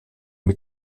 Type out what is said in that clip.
mit